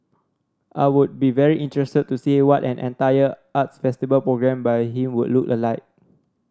I would be very interested to see what an entire arts festival programmed by him would look alike